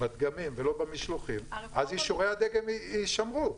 בדגמים ולא במשלוחים, אז אישורי הדגם יישמרו.